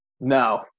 No